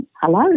hello